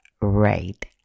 right